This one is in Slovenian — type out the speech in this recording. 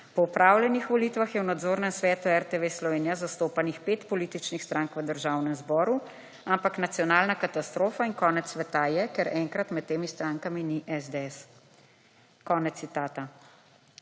Po opravljenih volitvah je v nadzornem svetu RTV zastopanih pet političnih strank v Državnem zboru, ampak nacionalna katastrofa in konec sveta je, ker enkrat med temi strankami ni SDS.«, konec citata.